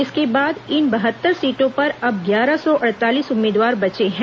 इसके बाद इन बहत्तर सीटों पर अब ग्यारह सौ अड़तालीस उम्मीदवार बचे हैं